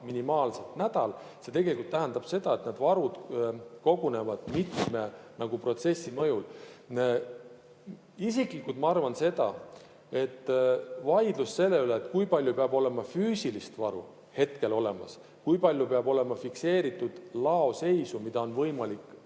inimestel endal. See tegelikult tähendab seda, et need varud kogunevad mitme protsessi mõjul. Isiklikult ma arvan seda, et küsimused, kui palju peab olema füüsilist varu olemas, kui suur peab olema fikseeritud laoseis, mida on võimalik